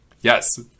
yes